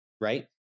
right